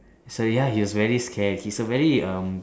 so ya he was very scared he's a very um